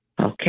Okay